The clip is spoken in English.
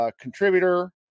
contributor